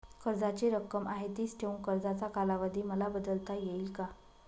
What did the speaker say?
कर्जाची रक्कम आहे तिच ठेवून कर्जाचा कालावधी मला बदलता येईल का?